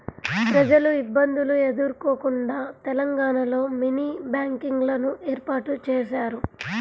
ప్రజలు ఇబ్బందులు ఎదుర్కోకుండా తెలంగాణలో మినీ బ్యాంకింగ్ లను ఏర్పాటు చేశారు